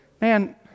man